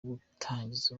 gutangiza